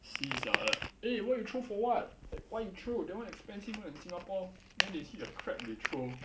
sea sia like eh why you throw for what why you throw that one expensive one in singapore then they see the crab they throw